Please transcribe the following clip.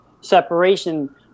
separation